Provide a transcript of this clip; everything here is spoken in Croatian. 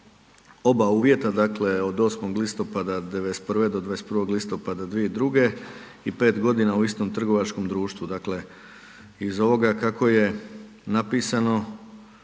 oba uvjeta, dakle od 8. listopada '91. do 21. listopada 2002. i 5.g. u istom trgovačkom društvu, dakle iz ovoga kako je napisano